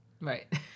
Right